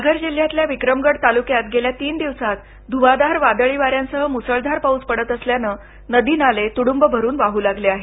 पालघर जिल्ह्यातल्या विक्रमगड तालुक्यात गेल्या तीन दिवसांत ध्वांधार वादळी वाऱ्यासह मु्सळधार पाऊस पडत असल्यानं नदी नाले तुडुंब भरून वाहू लागले आहेत